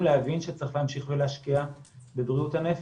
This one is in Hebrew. להבין שצריך להמשיך ולהשקיע בבריאות הנפש.